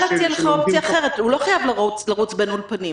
להציע לך אופציה אחרת: הוא לא חייב לרוץ בין אולפנים.